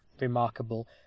remarkable